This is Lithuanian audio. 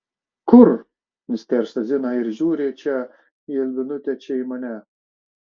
kur nustėrsta zina ir žiūri čia į albinutę čia į mane